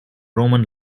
roman